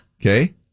Okay